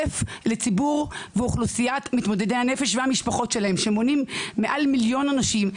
לציבור ואוכלוסיית מתמודדי הנפש והמשפחות שלהם שמונים מעל מיליון אנשים,